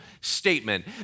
statement